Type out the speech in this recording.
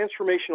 transformational